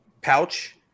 pouch